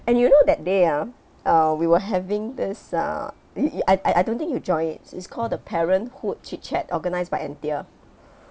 and you know that day ah uh we were having this err y~ I I I don't think you join it it's called the parenthood chit chat organised by anthea